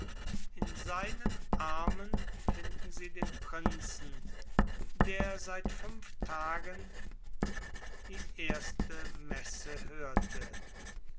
in seinen armen finden sie den prinzen der seit fünf tagen die erste messe hörte